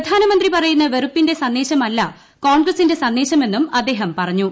പ്രധാനമന്ത്രി പറയുന്ന വെറുപ്പിന്റെ സന്ദേശമല്ല കോൺഗ്രസിന്റെ സന്ദേശമെന്നും അദ്ദേഹം പറഞ്ഞു